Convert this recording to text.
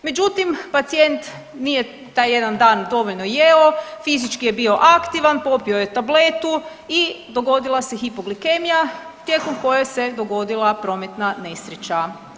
Međutim, pacijent nije taj jedan dan dovoljno jeo, fizički je bio aktivan, popio je tabletu i dogodila se hipoglikemija tijekom koje se dogodila prometna nesreća.